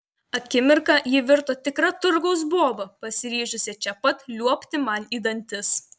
akimirką ji virto tikra turgaus boba pasiryžusia čia pat liuobti man į dantis